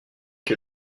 que